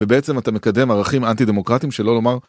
ובעצם אתה מקדם ערכים אנטי-דמוקרטיים שלא לומר...